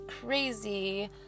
crazy